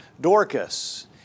Dorcas